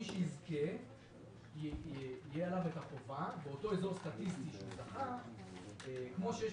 לא יהיה משק בית בישראל שמבחינת